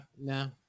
no